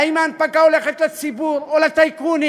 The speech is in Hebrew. והאם ההנפקה הולכת לציבור או לטייקונים.